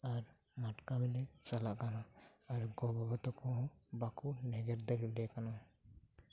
ᱟᱨ ᱢᱟᱴ ᱠᱟᱹᱢᱤᱞᱮ ᱪᱟᱞᱟᱜ ᱠᱟᱱᱟ ᱟᱨ ᱜᱚ ᱵᱟᱵᱟ ᱛᱟᱠᱩᱦᱚᱸ ᱵᱟᱠᱩ ᱮᱜᱮᱨ ᱫᱟᱲᱤᱭᱟᱠᱩ ᱠᱟᱱᱟ